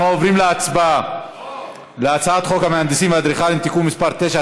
אנחנו עוברים להצבעה על הצעת חוק המהנדסים והאדריכלים (תיקון מס' 9),